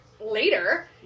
later